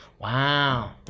Wow